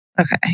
Okay